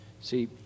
See